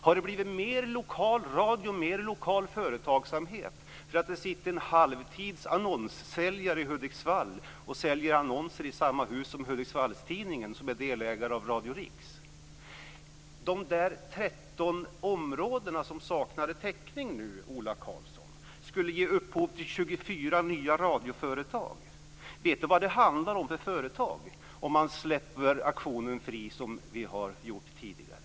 Har det blivit mer lokal radio och mer lokal företagsamhet för att det sitter en halvtids annonssäljare i Hudiksvall och säljer annonser i samma hus som Ola Karlsson vad det handlar om för företag, om man släpper auktionen fri som vi har gjort tidigare?